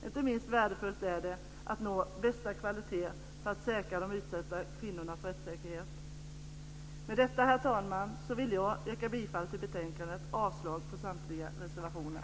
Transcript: Inte minst värdefullt är det att nå bästa kvalitet för att säkra de utsatta kvinnornas rättssäkerhet. Med detta, herr talman, vill jag yrka bifall till förslaget i betänkandet och avslag på samtliga reservationer.